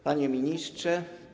Panie Ministrze!